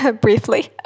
briefly